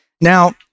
Now